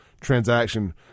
transaction